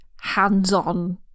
hands-on